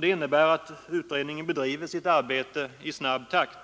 Det innebär att utredningen bedriver sitt arbete i snabb takt.